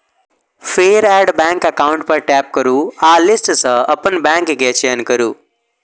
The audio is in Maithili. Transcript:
फेर एड बैंक एकाउंट पर टैप करू आ लिस्ट सं अपन बैंक के चयन करू